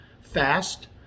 fast